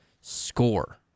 score